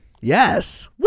Yes